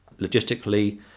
logistically